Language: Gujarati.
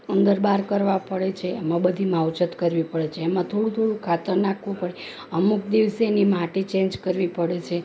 અંદર બહાર કરવા પડે છે એમાં બધી માવજત કરવી પડે છે એમાં થોડું થોડું ખાતર નાખવું પડે અમુક દિવસે એની માટી ચેન્જ કરવી પડે છે